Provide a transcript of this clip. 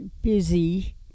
Busy